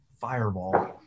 fireball